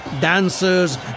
dancers